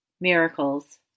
Miracles